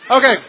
Okay